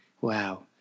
Wow